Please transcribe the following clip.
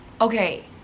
Okay